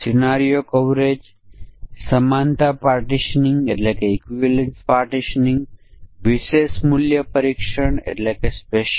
આપણે આને strong robust equivalence વર્ગ પરીક્ષણ તરીકે ઓળખીએ છીએ